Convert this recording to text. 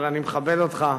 אבל אני מכבד אותך,